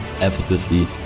effortlessly